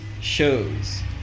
shows